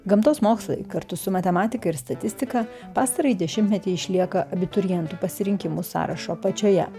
gamtos mokslai kartu su matematika ir statistika pastarąjį dešimtmetį išlieka abiturientų pasirinkimų sąrašo apačioje